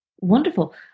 Wonderful